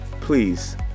Please